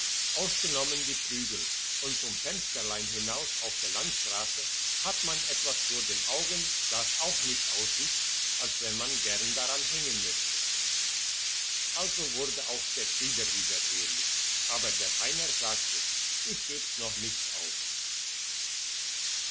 ausgenommen die prügel und zum fensterlein hinaus auf der landstrasse hat man etwas vor den augen das auch nicht aussieht als wenn man gern dran hängen möchte also wurde auch der frieder wieder ehrlich aber der heiner sagte ich geb's noch nicht auf